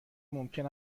ممکن